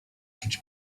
czuć